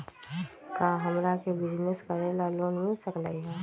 का हमरा के बिजनेस करेला लोन मिल सकलई ह?